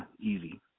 easy